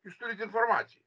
jūs turit informaciją